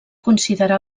considerar